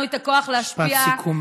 משפט סיכום,